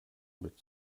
mit